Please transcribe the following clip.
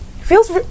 feels